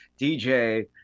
DJ